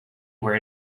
where